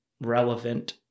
relevant